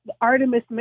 Artemis